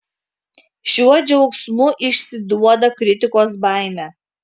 šiuo džiaugsmu išsiduoda kritikos baimę